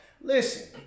Listen